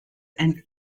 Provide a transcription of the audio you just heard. and